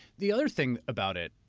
the other thing about it,